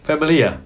family ah